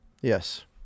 Yes